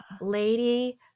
Lady